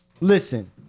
Listen